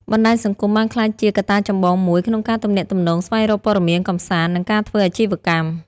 បណ្តាញសង្គមបានក្លាយជាកត្តាចម្បងមួយក្នុងការទំនាក់ទំនង ស្វែងរកព័ត៌មាន កម្សាន្ត និងការធ្វើអាជីវកម្ម។